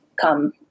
come